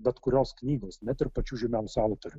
bet kurios knygos net ir pačių žymiausių autorių